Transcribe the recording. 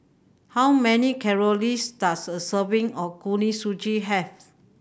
how many does a serving of Kuih Suji have